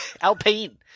Alpine